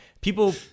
People